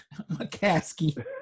McCaskey